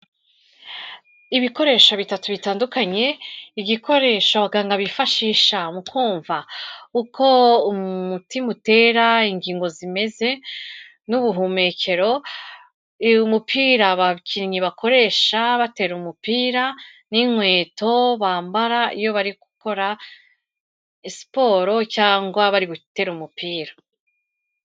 Ibikoresho bitatu bitandukanye, igikoresho abaganga bifashisha mu kumva uko umutima utera, ingingo zimeze n'ubuhumekero, uyu mupira abakinnyi bakoresha batera umupira n'inkweto bambara, iyo bari gukora siporo cyangwa bari gutera umupira.